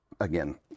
again